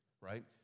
right